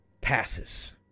passes